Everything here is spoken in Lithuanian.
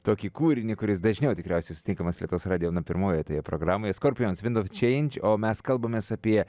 tokį kūrinį kuris dažniau tikriausiai sutinkamas lietuvos radijo na pirmojoj programoj scorpions wind of change o mes kalbamės apie